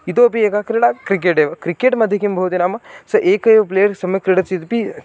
इतोपि एका क्रीडा क्रिकेट् एव क्रिकेट् मध्ये किं भवति नाम स एक एव प्लेयर् सम्यक् क्रीडति चेदपि